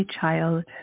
child